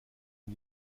une